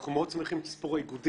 אנחנו מאוד שמחים מסיפור האיגודים,